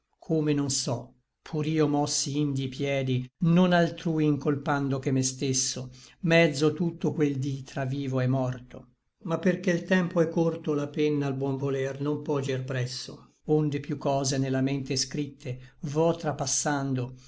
come non so pur io mossi indi i piedi non altrui incolpando che me stesso mezzo tutto quel dí tra vivo et morto ma perché l tempo è corto la penna al buon voler non pò gir presso onde piú cose ne la mente scritte vo trapassando